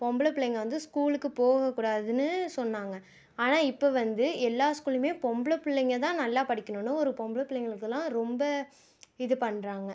பொம்பளை பிள்ளைங்க வந்து ஸ்கூலுக்கு போக கூடாதுன்னு சொன்னாங்க ஆனால் இப்போ வந்து எல்லா ஸ்கூல்லையுமே பொம்பளை பிள்ளைங்க தான் நல்லா படிக்கணும்னு ஒரு பொம்பளை பிள்ளைங்களுக்கெல்லாம் ரொம்ப இது பண்ணுறாங்க